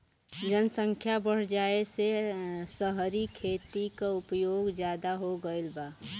जनसख्या बढ़ जाये से सहरी खेती क उपयोग जादा हो गईल बा